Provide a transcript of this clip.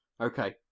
Okay